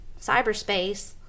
cyberspace